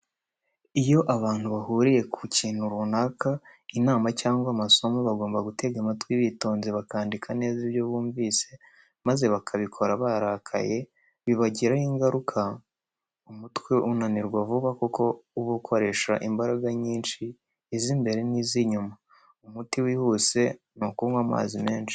Iyo abantu bahuriye ku kintu runaka, inama cyangwa amasomo, bagomba gutega amatwi bitonze bakandika neza ibyo bumvise, maze bakabikora barakaye, bibagiraho ingaruka, umutwe unanirwa vuba kuko uba ukoresha imbaraga nyinshi, iz'imbere n'iz'inyuma, umuti wihuse ni ukunywa amazi menshi.